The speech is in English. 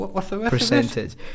percentage